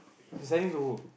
deciding to